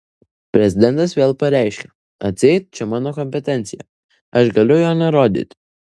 prezidentas vėl pareiškia atseit čia mano kompetencija aš galiu jo nerodyti